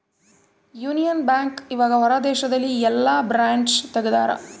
Union Bank ಇವಗ ಹೊರ ದೇಶದಲ್ಲಿ ಯೆಲ್ಲ ಬ್ರಾಂಚ್ ತೆಗ್ದಾರ